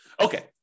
Okay